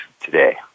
today